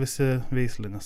visi veislinės